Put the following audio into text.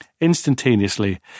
instantaneously